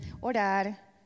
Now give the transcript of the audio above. Orar